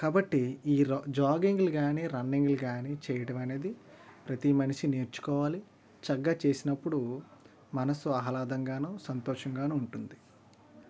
కాబట్టి ఈ ర జాగింగ్లు కానీ రన్నింగ్లు కానీ చేయడం అనేది ప్రతి మనిషి నేర్చుకోవాలి చక్కగా చేసినప్పుడు మనసు ఆహ్లాదంగానూ సంతోషంగానూ ఉంటుంది